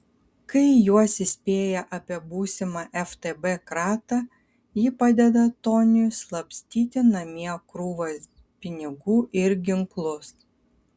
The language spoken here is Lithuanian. kai juos įspėja apie būsimą ftb kratą ji padeda toniui slapstyti namie krūvas pinigų ir ginklus